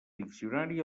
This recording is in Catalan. diccionari